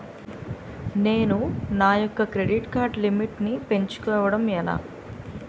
నేను నా యెక్క క్రెడిట్ కార్డ్ లిమిట్ నీ పెంచుకోవడం ఎలా?